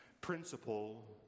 principle